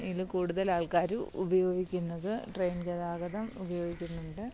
ഇതിൽ കൂടുതലാൾക്കാരും ഉപയോഗിക്കുന്നത് ട്രെയിൻ ഗതാഗതം ഉപയോഗിക്കുന്നുണ്ട്